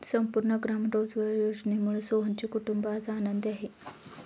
संपूर्ण ग्राम रोजगार योजनेमुळे सोहनचे कुटुंब आज आनंदी आहे